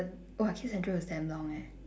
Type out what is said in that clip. !whoa! kids central is damn long eh